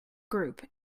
group